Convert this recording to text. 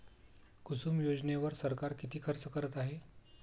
कुसुम योजनेवर सरकार किती खर्च करत आहे?